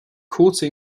kurse